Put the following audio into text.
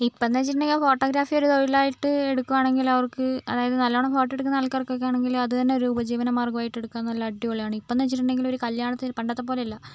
ഇപ്പം എന്ന് വെച്ചിട്ടുണ്ടെങ്കിൽ ഫോട്ടോഗ്രാഫി ഒരു തൊഴിലായിട്ട് എടുക്കുകയാണെങ്കിൽ അവർക്ക് അതായത് നല്ലവണ്ണം ഫോട്ടോ എടുക്കുന്ന ആൾക്കാർക്കൊക്കെയാണെങ്കിൽ അതുതന്നെ ഒരു ഉപജീവനമാർഗ്ഗമായി എടുക്കാൻ നല്ല അടിപൊളിയാണ് ഇപ്പോഴെന്ന് വെച്ചിട്ടുണ്ടെങ്കിൽ ഒരു കല്യാണത്തിന് പണ്ടത്തേപ്പോലെയല്ല